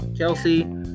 Kelsey